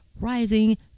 rising